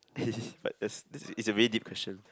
it's a very deep question